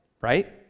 right